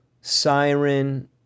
siren